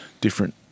different